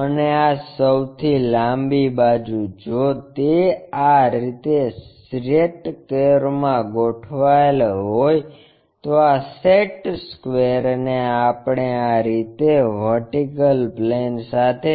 અને આ સૌથી લાંબી બાજુ જો તે આ રીતે સેટ સ્ક્વેરમાં ગોઠવાયેલ હોય તો આ સેટ સ્ક્વેર ને આપણે આ રીતે વર્ટિકલ પ્લેન સાથે